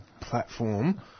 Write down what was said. platform